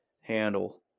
handle